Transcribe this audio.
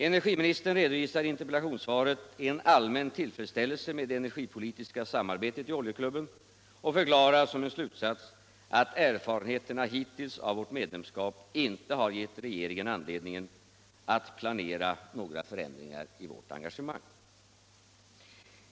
Energiministern redovisar i sitt interpellationssvar en allmän tillfredsställelse med det energipolitiska samarbetet i Oljeklubben och förklarar som en slutsats att erfarenheterna hittills av vårt medlemskap inte har gett regeringen anledning att planera några förändringar i vårt engagemang.